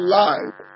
life